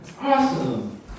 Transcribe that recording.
awesome